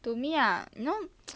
to me ah you know